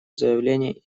заявление